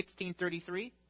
16.33